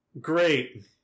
Great